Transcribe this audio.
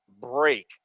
break